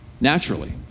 naturally